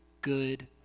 good